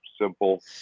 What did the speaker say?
simple